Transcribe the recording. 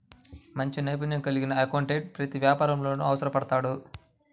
మంచి నైపుణ్యం కలిగిన అకౌంటెంట్లు ప్రతి వ్యాపారంలోనూ అవసరపడతారు